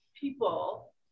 people